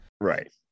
Right